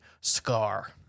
scar